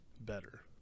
better